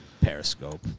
Periscope